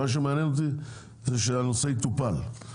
מה שמעניין אותי זה שהנושא יתוקן.